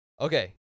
Okay